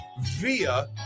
via